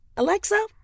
Alexa